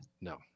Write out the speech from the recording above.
No